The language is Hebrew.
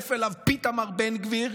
מצטרף אליו פיתמר בן גביר,